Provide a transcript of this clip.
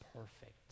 perfect